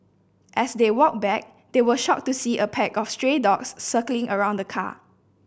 as they walked back they were shocked to see a pack of stray dogs circling around the car